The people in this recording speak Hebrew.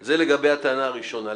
זה לגבי הטענה הראשונה.